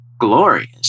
glorious